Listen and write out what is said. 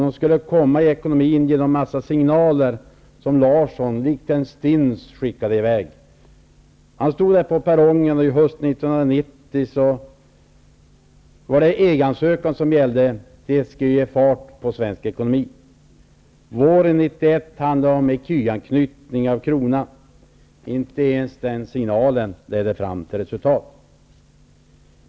De skulle komma i ekonomin efter en mängd signaler som Larsson likt en stins skickade i väg. Han stod på perrongen. Hösten 1990 var det EG-ansökan som gällde. Det skulle ge fart åt den svenska ekonomin. Våren 1991 handlade det om ecu-anknytning av kronan. Inte ens den signalen ledde fram till resultat.